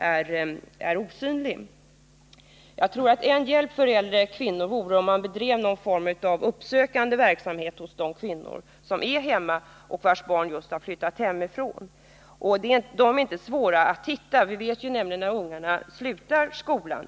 En hjälp för äldre alkoholiserade kvinnor tror jag vore att införa någon form av uppsökande verksamhet som riktade sig till de kvinnor som inte förvärvsarbetar utanför hemmet och vilkas barn just flyttat hemifrån — de är inte svåra att hitta, för vi vet ju när ungarna har slutat skolan.